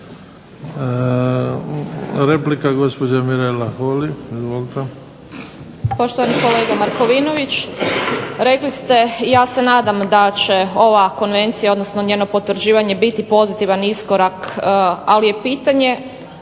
Replika, gospođa Mirela Holy. Izvolite.